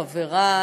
חברי,